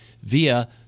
via